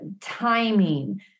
timing